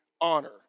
honor